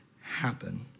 happen